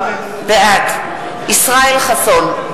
בעד ישראל חסון,